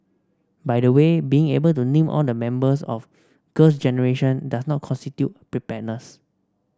by the way being able to name all the members of Girls Generation does not constitute preparedness